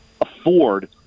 afford